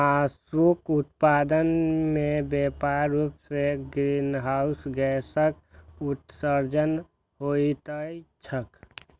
मासुक उत्पादन मे व्यापक रूप सं ग्रीनहाउस गैसक उत्सर्जन होइत छैक